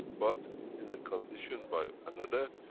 but in a condition by another,